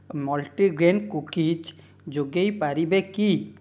multigrain cookies ଯୋଗ କରିପାରିବେ କି